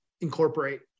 incorporate